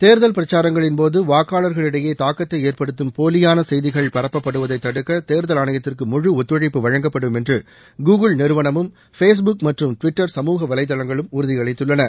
தேர்தல் பிரச்சாரங்களின்போது வாக்காளர்களிடையே தாக்கத்தை ஏற்படுத்தும் போலியான செய்திகள் பரப்பப்படுவதை தடுக்க தேர்தல் ஆணையத்திற்கு முழு ஒத்துழைப்பு வழங்கப்படும் என்று கூகுள் நிறுவனமும் ஃபேஸ் புக் மற்றும் டுவிட்டர் சமூகவலைதளங்களும் உறுதியளித்துள்ளன